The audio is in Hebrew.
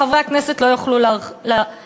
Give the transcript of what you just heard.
חברי הכנסת לא יוכלו להכריע.